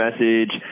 message